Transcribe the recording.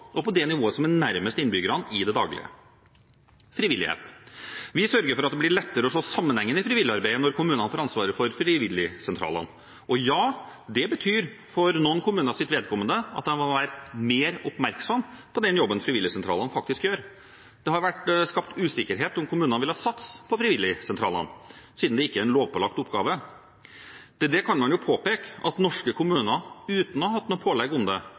og på det nivået som er nærmest innbyggerne i det daglige. Frivillighet: Vi sørger for at det blir lettere å se sammenhengen i frivilligarbeidet når kommunene får ansvaret for frivilligsentralene. Og ja, det betyr for noen kommuners vedkommende at de må være mer oppmerksom på den jobben frivilligsentralene faktisk gjør. Det har vært skapt usikkerhet om kommunene ville satse på frivilligsentralene siden det ikke er en lovpålagt oppgave. Til det kan man jo påpeke at norske kommuner, uten å ha hatt noe pålegg om det,